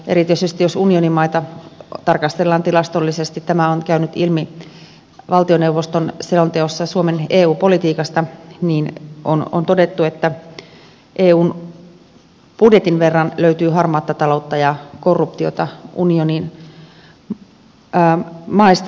erityisesti jos unionimaita tarkastellaan tilastollisesti tämä on käynyt ilmi valtioneuvoston selonteosta suomen eu politiikasta niin on todettu että eun budjetin verran löytyy harmaata taloutta ja korruptiota unionin maista